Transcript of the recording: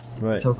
right